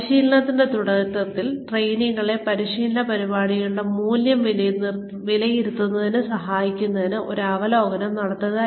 പരിശീലനത്തിന്റെ തുടക്കത്തിൽ ട്രെയിനികളെ പരിശീലന പരിപാടിയുടെ മൂല്യം വിലയിരുത്തുന്നതിന് സഹായിക്കുന്നതിന് ഒരു അവലോകനം നൽകുക